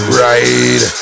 right